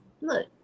look